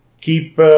keep